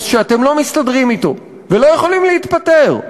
שאתם לא מסתדרים אתו ולא יכולים להתפטר.